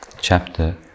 chapter